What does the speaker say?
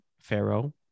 Pharaoh